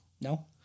no